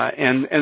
and and